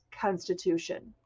constitution